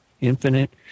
infinite